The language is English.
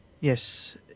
Yes